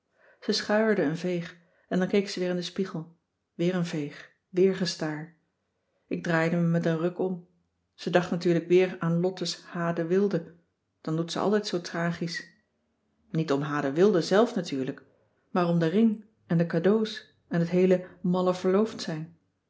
ze schuierde een veeg en dan keek ze weer in den spiegel weer een veeg weer gestaar ik draaide me met een ruk om ze dacht natuurlijk weer aan lotte's h de wilde dan doet ze altijd zoo tragisch niet om h de wilde zelf natuurlijk maar om den ring en de cadeaux en het heele malle verloofd zijn ik